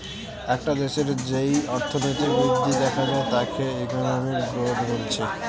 একটা দেশের যেই অর্থনৈতিক বৃদ্ধি দেখা যায় তাকে ইকোনমিক গ্রোথ বলছে